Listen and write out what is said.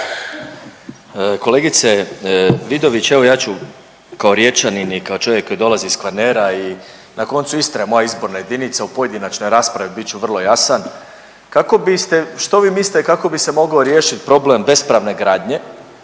Kolegice Vidović evo ja ću kao Riječanin i kao čovjek koji dolazi sa Kvarnera i na koncu Istra je moja izborna jedinica u pojedinačnoj raspravi bit ću vrlo jasan, kako biste, što vi mislite kako bi se mogao riješiti problem bespravne gradnje.